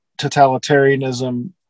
totalitarianism